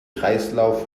kreislauf